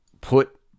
put